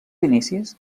inicis